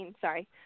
sorry